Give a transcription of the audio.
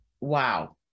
wow